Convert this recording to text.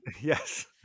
Yes